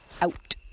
out